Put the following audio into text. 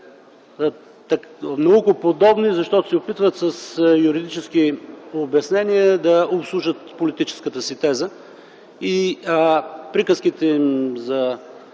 Наукоподобни, защото се опитват с юридически обяснения да обслужат политическата си теза. И приказките им за